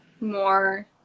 more